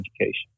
education